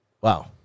Wow